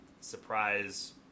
surprise